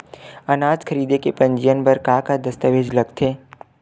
अनाज खरीदे के पंजीयन बर का का दस्तावेज लगथे?